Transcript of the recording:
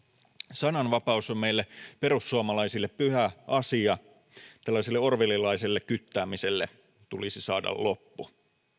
sananvapaus on meille perussuomalaisille pyhä asia tällaiselle orwellilaiselle kyttäämiselle tulisi saada loppu